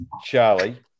Charlie